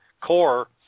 core